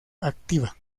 activa